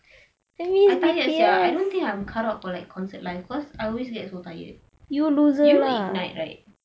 I tired sia I don't think I am ca~ up to a concert life cause I always get so tired you know ignite right